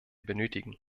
benötigen